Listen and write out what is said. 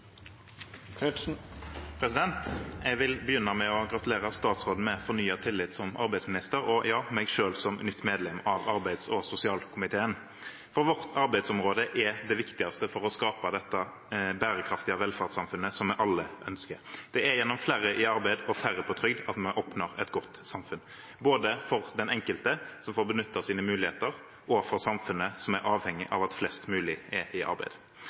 og ja, meg selv som nytt medlem av arbeids- og sosialkomiteen. For vårt arbeidsområde er det viktigste for å skape det bærekraftige velferdssamfunnet vi alle ønsker. Det er gjennom flere i arbeid og færre på trygd at vi oppnår et godt samfunn, både for den enkelte som får benyttet sine muligheter, og for samfunnet, som er avhengig av at flest mulig er i arbeid.